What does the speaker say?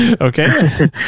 Okay